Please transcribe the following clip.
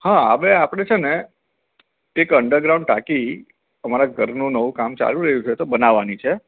હ હવે આપળે છેને એક અંડર ટાંકી અમારા ઘરનું નવું કામ ચાલુ રયુ છે તો બનાવાની છે